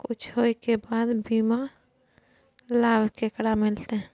कुछ होय के बाद बीमा लाभ केकरा मिलते?